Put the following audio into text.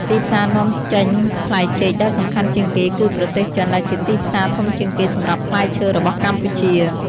ទីផ្សារនាំចេញផ្លែចេកដ៏សំខាន់ជាងគេគឺ ប្រទេសចិន ដែលជាទីផ្សារធំជាងគេសម្រាប់ផ្លែឈើរបស់កម្ពុជា។